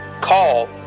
call